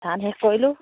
ধান শেষ কৰিলোঁ